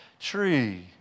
tree